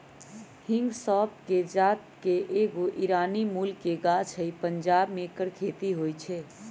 हिंग सौफ़ कें जात के एगो ईरानी मूल के गाछ हइ पंजाब में ऐकर खेती होई छै